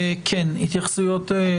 התייחסויות?